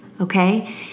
okay